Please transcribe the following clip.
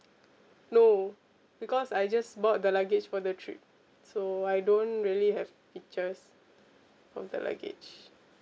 no because I just bought the luggage for the trip so I don't really have pictures of that luggage